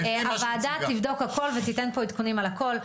הוועדה תבדוק הכול ותיתן עדכונים על הכול,